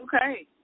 Okay